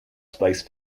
space